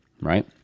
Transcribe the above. right